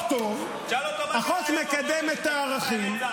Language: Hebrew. החוק טוב -- תשאל אותו מה קרה היום בבוקר עם חיילי צה"ל.